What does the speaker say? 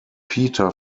peter